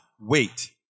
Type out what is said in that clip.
Wait